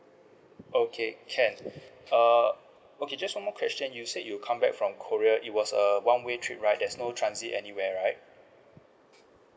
okay can err okay just one more question you said you come back from korea it was a one way trip right there's no transit anywhere right